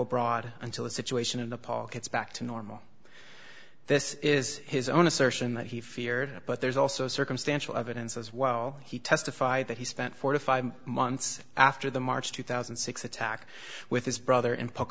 abroad until the situation in the park gets back to normal this is his own assertion that he feared it but there's also circumstantial evidence as well he testified that he spent forty five dollars months after the march two thousand and six attack with his brother in pocke